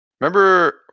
remember